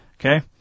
Okay